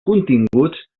continguts